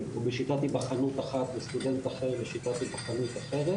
היבחנות אחת וסטודנט אחר בשיטת היבחנות אחרת.